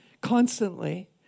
constantly